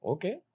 Okay